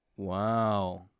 Wow